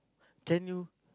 can you